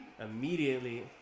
Immediately